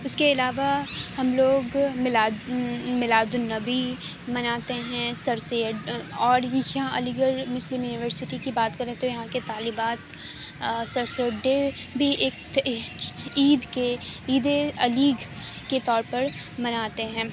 اس کے علاوہ ہم لوگ میلاد میلاد النبی مناتے ہیں سر سید اور یہاں علی گڑھ مسلم یونیورسٹی کی بات کریں تو یہاں کے طالبات سر سید ڈے بھی ایک عید کے عید علیگ کے طور پر مناتے ہیں